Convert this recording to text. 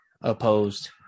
opposed